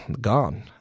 gone